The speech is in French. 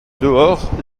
dehors